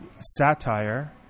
satire